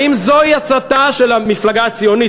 האם זוהי הצעתה של המפלגה הציונית,